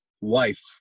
wife